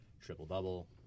triple-double